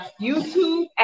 YouTube